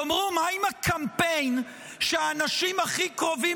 תאמרו: מה עם הקמפיין שהאנשים הכי קרובים